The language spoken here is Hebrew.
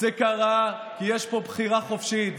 זה קרה כי יש פה בחירה חופשית,